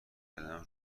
کردم